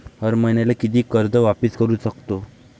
हर मईन्याले कितीक कर्ज वापिस करू सकतो?